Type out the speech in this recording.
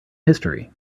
history